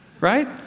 right